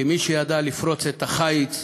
כמי שידע לפרוץ את החיץ